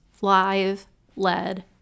live-led